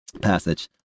passage